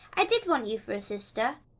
i did want you for a sister.